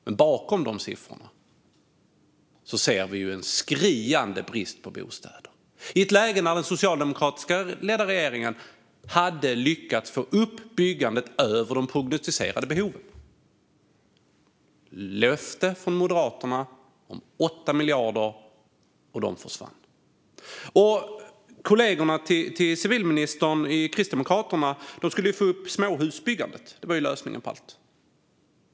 Men bakom dessa siffror ser vi en skriande brist på bostäder, i ett läge när den socialdemokratiskt ledda regeringen hade lyckats få upp byggandet över de prognostiserade behoven. Löftet från Moderaterna om 8 miljarder försvann. Kollegorna till civilministern i Kristdemokraterna skulle öka småhusbyggandet. Det var lösningen på allt.